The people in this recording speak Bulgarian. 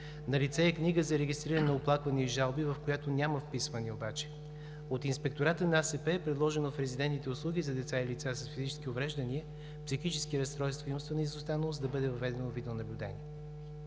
Налице е книга за регистриране на оплаквания и жалби, в която няма вписвания обаче. От Инспектората на АСП е предложено за резидентните услуги за деца и лица с физически увреждания, психически разстройства и умствена изостаналост да бъде въведено видеонаблюдение.